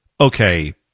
okay